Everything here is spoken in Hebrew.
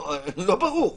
לא ברור.